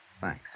Thanks